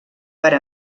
per